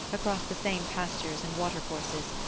across the same pastures and watercourses,